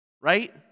right